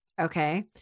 Okay